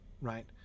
right